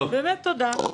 באמת תודה.